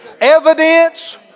Evidence